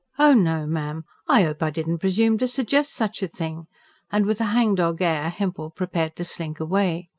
oh no, ma'am. i ope i didn't presume to suggest such a thing and with a hangdog air hempel prepared to slink away.